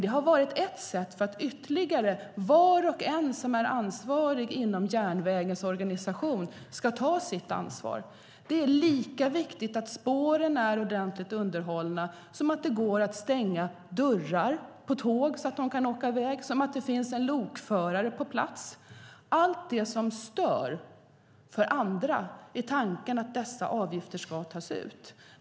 Det har varit ett sätt att ytterligare få var och en som är ansvarig inom järnvägens organisation ska ta sitt ansvar. Det är lika viktigt att spåren är ordentligt underhållna som att det går att stänga dörrar på tåg eller att det finns en lokförare på plats. För allt det som stör för andra är tanken att dessa avgifter ska tas ut.